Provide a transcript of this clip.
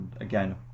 again